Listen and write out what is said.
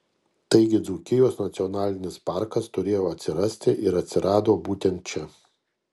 taigi dzūkijos nacionalinis parkas turėjo atsirasti ir atsirado būtent čia